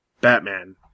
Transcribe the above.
Batman